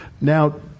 Now